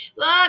Look